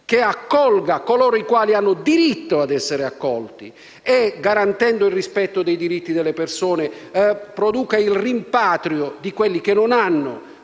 che accolgano coloro i quali hanno diritto ad essere accolti e, garantendo il rispetto dei diritti delle persone, producano il rimpatrio di quelli che non hanno